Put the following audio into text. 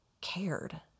cared